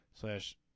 Slash